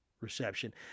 reception